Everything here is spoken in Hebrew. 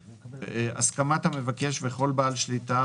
הסכמת המבקש וכל בעל שליטה,